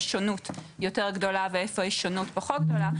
שונות יותר גדולה ואיפה יש שונות פחות גדולה.